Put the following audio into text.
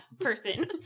person